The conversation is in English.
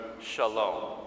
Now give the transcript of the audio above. shalom